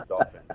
offense